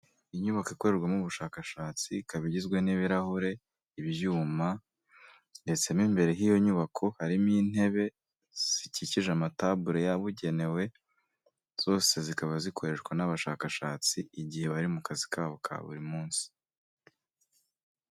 Inyubako ikorwarwamo ubushakashatsi, ikaba igizwe n'ibirahure, ibyuma ndetse mo imbere h'iyo nyubako harimo intebe zikikije amatabure yabugenewe zose zikaba zikoreshwa n'abashakashatsi igihe bari mu kazi kabo ka buri munsi.